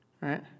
Right